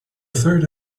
third